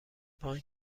بانک